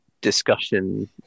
discussion